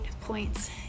points